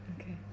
Okay